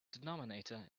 denominator